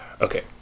okay